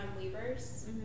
Weavers